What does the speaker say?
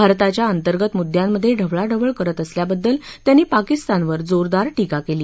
भारताच्या अंतर्गत मुद्यांमघे ढवळाढवळ करत असल्याबद्दल त्यांनी पाकिस्तानवर जोरदार टीका केली